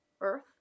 earth